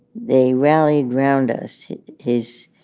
they rallied round us his.